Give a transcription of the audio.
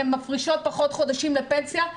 הן מפרישות פחות חודשים לפנסיה,